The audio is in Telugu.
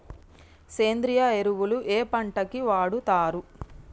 సేంద్రీయ ఎరువులు ఏ పంట కి వాడుతరు?